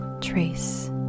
trace